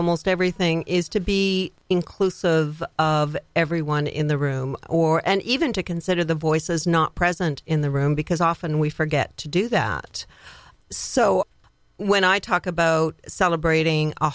almost everything is to be inclusive of everyone in the room or and even to consider the voices not present in the room because often we forget to do that so when i talk about celebrating